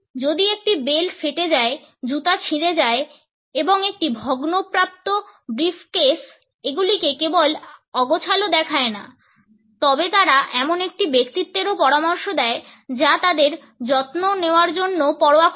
যদি একটি বেল্ট ফেটে যায় জুতা ছিঁড়ে যায় এবং একটি ভগ্নপ্রাপ্ত ব্রিফকেস এগুলিকে কেবল অগোছালো দেখায় না তবে তারা এমন একটি ব্যক্তিত্বেরও পরামর্শ দেয় যা তাদের যত্ন নেওয়ার জন্য পরোয়া করে না